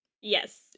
Yes